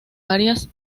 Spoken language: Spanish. varias